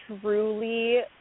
truly